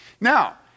Now